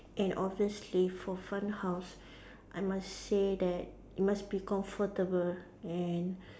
and obviously for fun house I must say that it must be comfortable and